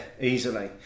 easily